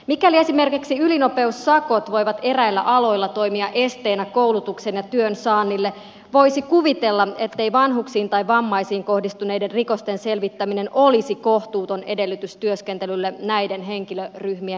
mikäli esimerkiksi ylinopeussakot voivat eräillä aloilla toimia esteenä koulutuksen ja työn saannille voisi kuvitella ettei vanhuksiin tai vammaisiin kohdistuneiden rikosten selvittäminen olisi kohtuuton edellytys työskentelylle näiden henkilöryhmien kanssa